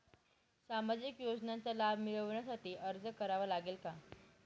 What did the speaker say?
सामाजिक योजनांचा लाभ मिळविण्यासाठी अर्ज करावा लागेल का?